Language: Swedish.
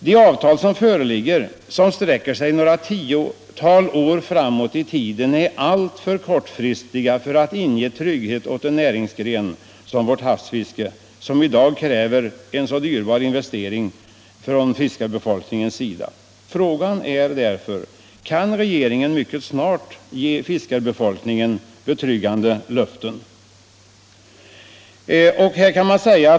De föreliggande avtalen, som sträcker sig några tiotal år framåt i tiden, äralltför kortfristiga för att ge trygghet åt en näringsgren som vårt havsfiske, vilket i dag kräver en dyrbar investering från fiskarbefolkningens sida. Frågan är därför: Kan regeringen mycket snart ge fiskarbefolkningen betryggande löften?